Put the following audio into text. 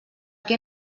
què